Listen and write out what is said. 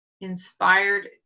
Inspired